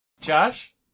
Josh